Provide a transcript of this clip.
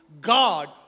God